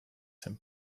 him